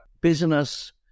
business